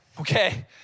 Okay